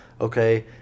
okay